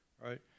right